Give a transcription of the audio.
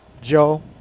Joe